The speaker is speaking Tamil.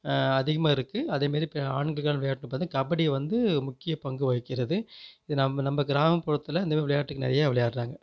அதிகமாக இருக்கு அதேமாதிரி ஆண்களுக்கான விளையாட்டுன்னு பாத்திங்கனா கபடி வந்து முக்கியப் பங்கு வகிக்கிறது இது நம்ப நம்ப கிராமப்புறத்தில் இந்தமாதிரி விளையாட்டுக்கள் நிறையா விளையாடுறாங்க